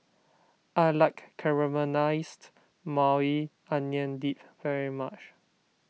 I like Caramelized Maui Onion Dip very much